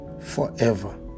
forever